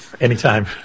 Anytime